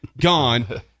gone